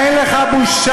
אין לך בושה?